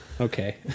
Okay